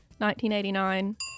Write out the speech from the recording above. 1989